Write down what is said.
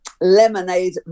lemonade